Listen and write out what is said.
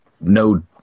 no